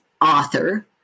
author